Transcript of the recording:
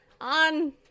on